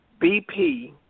BP